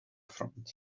front